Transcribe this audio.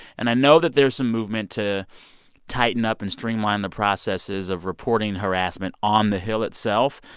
and i know that there's some movement to tighten up and streamline the processes of reporting harassment on the hill itself.